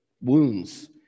wounds